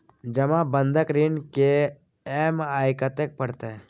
जमा बंधक ऋण के ई.एम.आई कत्ते परतै?